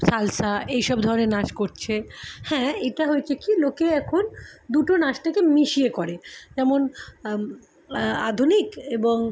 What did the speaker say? salsa এই সব ধরনের নাচ করছে হ্যাঁ এটা হয়েছে কি লোকে এখন দুটো নাচটাকে মিশিয়ে করে যেমন আধুনিক এবং